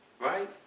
Right